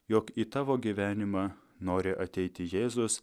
jog į tavo gyvenimą nori ateiti jėzus